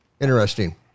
Interesting